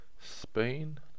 Spain